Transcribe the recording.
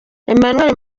emmanuel